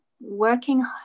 working